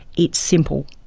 it's simple.